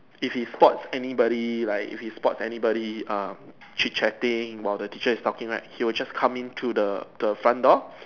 if he spots anybody like if he spots anybody err chit chatting while the teacher is talking right he will just come in through the the front door